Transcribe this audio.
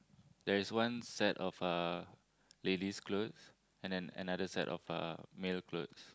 there is one set of uh ladies clothes and then another set of uh male clothes